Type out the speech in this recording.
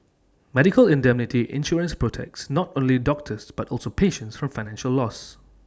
medical indemnity insurance protects not only doctors but also patients from financial loss